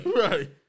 Right